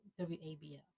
WABL